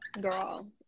girl